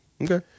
Okay